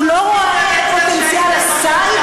הוא לא רואה בהן את פוטנציאל הסייבר